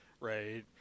right